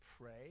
pray